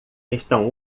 estão